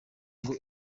ngo